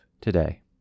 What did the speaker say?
today